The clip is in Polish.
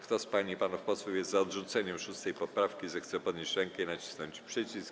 Kto z pań i panów posłów jest za odrzuceniem 6. poprawki, zechce podnieść rękę i nacisnąć przycisk.